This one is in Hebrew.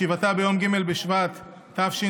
בישיבתה ביום ג' בשבט התשפ"ב,